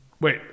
Wait